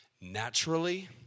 naturally